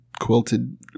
quilted